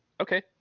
Okay